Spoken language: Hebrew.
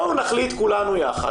בואו נחליט כולנו יחד,